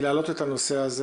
הוא ביקש להעלות את הנושא הזה